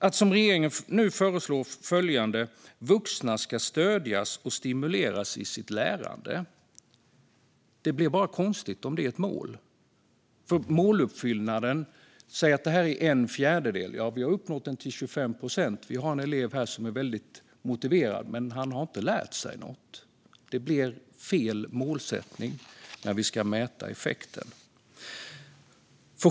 Att som regeringen nu gör föreslå att "vuxna ska stödjas och stimuleras i sitt lärande" som ett mål blir bara konstigt. Måluppfyllnaden säger att detta är en fjärdedel. "Ja, vi har uppnått den till 25 procent - vi har en elev här som är väldigt motiverad, men han har inte lärt sig något." Det blir fel målsättning när vi ska mäta effekten.